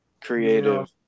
Creative